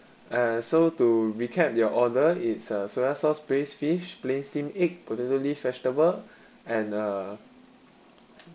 uh so to recap your order it's uh soya sauce braised fish plain steam egg potato leaf vegetable and uh